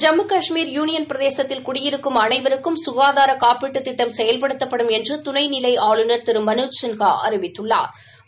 Jammu Kashmir union பிரதேசத்தில் குடியிருக்கும் அனைவருக்கும் சுகாதார காப்பீட்டு திட்டம் செயல்படுத்தப்படும் என்று துணை நிலை ஆளுநர் திரு மனோஜ் சின்ஹா அறிவித்துள்ளாா்